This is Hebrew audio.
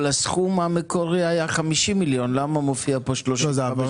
אבל הסכום המקורי היה 50 מיליון, למה מופיע פה 35?